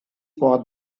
for